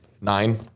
Nine